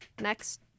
Next